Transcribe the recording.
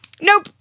nope